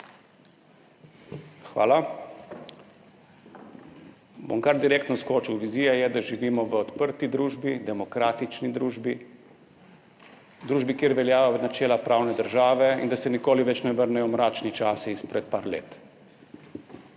Hvala. Bom kar direktno skočil, vizija je, da živimo v odprti družbi, demokratični družbi, družbi, kjer veljajo načela pravne države in da se nikoli več ne vrnejo mračni časi izpred nekaj let.